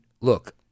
look